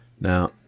Now